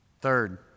third